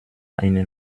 einen